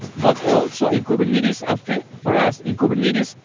but also in kubernetes, ah for for us, in kubernetes,